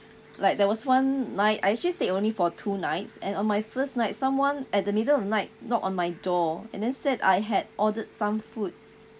like there was one night I actually stayed only for two nights and on my first night someone at the middle of night knocked on my door and then said I had ordered some food